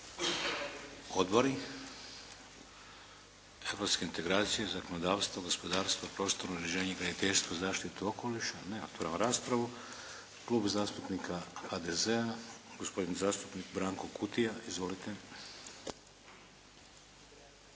Odbori? Europske integracije, zakonodavstvo, gospodarstvo, prostorno uređenje i graditeljstvo, zaštitu okoliša? Ne. Otvaram raspravu. Klub zastupnika HDZ-a, gospodin zastupnik Branko Kutija. Izvolite.